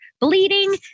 bleeding